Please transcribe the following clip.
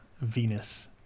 Venus